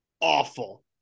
awful